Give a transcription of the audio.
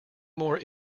more